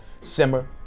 simmer